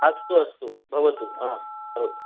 अस्तु अस्तु भवतु भवतु